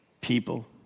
people